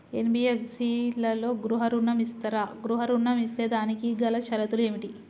NBFC లలో గృహ ఋణం ఇస్తరా? గృహ ఋణం ఇస్తే దానికి గల షరతులు ఏమిటి?